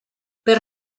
per